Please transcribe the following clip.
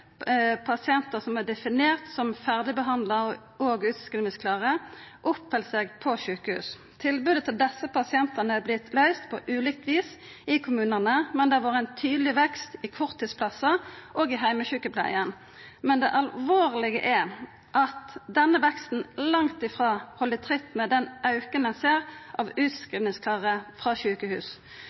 utskrivingsklare, oppheld seg på sjukehus. Tilbodet til desse pasientane er vorte løyst på ulikt vis i kommunane, men det har vore ein tydeleg vekst i korttidsplassar og i heimesjukepleien. Men det alvorlege er at denne veksten langt frå held tritt med den auken ein ser av utskrivingsklare frå